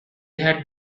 had